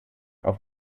auf